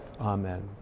amen